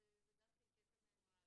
אז זה גם כן קטע מעניין.